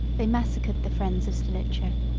they massacred the friends of stilicho,